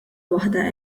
waħda